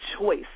choice